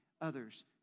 others